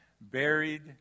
buried